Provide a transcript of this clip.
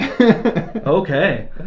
Okay